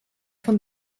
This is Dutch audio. van